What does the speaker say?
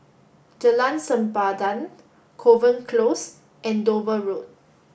Jalan Sempadan Kovan Close and Dover Road